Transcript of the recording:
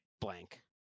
blank